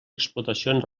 explotacions